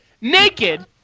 naked